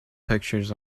pictures